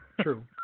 True